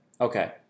Okay